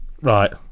Right